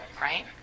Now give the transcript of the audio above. right